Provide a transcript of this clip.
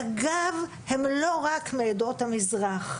ואגב הם לא רק מעדות המזרח.